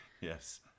Yes